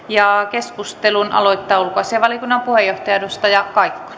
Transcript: keskustelun aloittaa ulkoasiainvaliokunnan puheenjohtaja edustaja